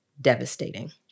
devastating